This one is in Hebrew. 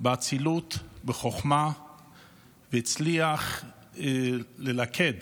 באצילות ובחוכמה והצליח ללכד